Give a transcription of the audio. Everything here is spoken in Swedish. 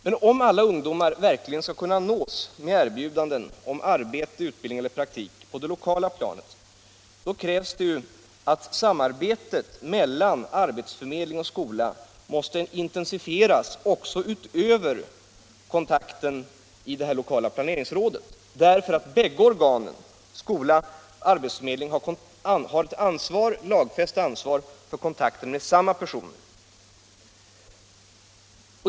Men om alla ungdomar verkligen skall kunna nås med erbjudanden om arbete, utbildning eller praktik på det lokala planet, krävs det att samarbetet mellan arbetsförmedling och skola intensifieras också utöver kontakterna i de lokala planeringsråden, bl.a. därför att bägge de organen har lagfäst ansvar för kontakten med samma personer.